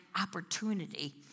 opportunity